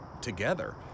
together